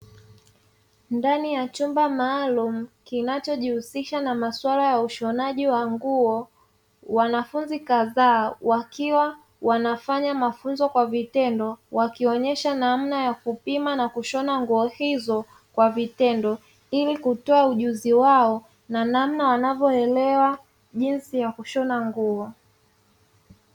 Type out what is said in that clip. Ndani ya chumba maalumu kinachojihusisha na masuala ya ushonaji wa nguo wanafunzi kadhaa, wakiwa wanafanya mafunzo kwa vitendo wakionyesha namna ya kupima na kushona nguo hizo kwa vitendo, ili kutoa ujuzi wao na namna wanavyoelewa jinsi ya kushona nguo.